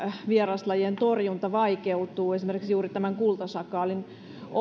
vieraslajien torjunta vaikeutuu esimerkiksi juuri tämän kultasakaalin